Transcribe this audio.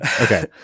Okay